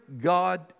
God